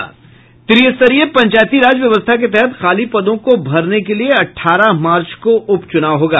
त्रिस्तरीय पंचायती राज व्यवस्था के तहत खाली पदों को भरने के लिए अठारह मार्च को उपच्रनाव होगा